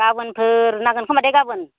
गाबोनफोर नांगोन खोमा दे गाबोन